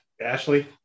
ashley